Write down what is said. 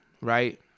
right